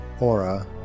aura